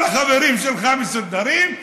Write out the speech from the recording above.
כל החברים שלך מסודרים,